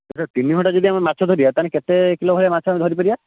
ଆଚ୍ଛା ତିନି ଘଣ୍ଟା ଯଦି ଆମେ ମାଛ ଧରିବା ତା'ମାନେ କେତେ କିଲୋ ଭଳିଆ ମାଛ ଆମେ ଧରି ପାରିବା